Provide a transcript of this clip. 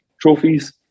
trophies